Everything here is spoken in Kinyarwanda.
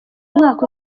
mwaka